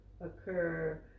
occur